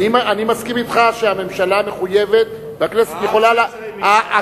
אני מסכים אתך שהממשלה מחויבת והכנסת